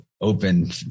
open